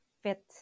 fit